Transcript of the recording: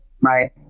right